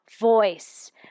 voice